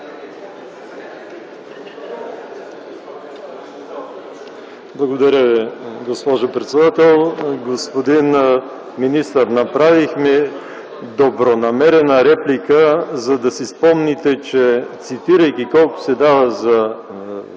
Благодаря Ви, госпожо председател. Господин министър, направихме добронамерена реплика, за да си спомните, че, цитирайки колко се дава за